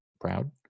proud